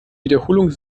wiederholung